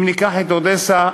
אם ניקח את אודסה,